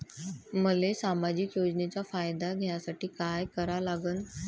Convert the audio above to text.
मले सामाजिक योजनेचा फायदा घ्यासाठी काय करा लागन?